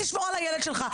תשמור על הילד שלך.